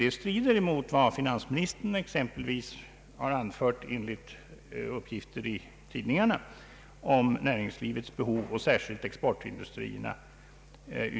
Detta strider emellertid mot vad finansministern, enligt uppgift i tidningarna, har anfört exempelvis i kompletteringspropositionen om näringslivets behov — och särskilt exportindustriernas.